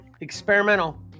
experimental